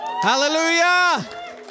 Hallelujah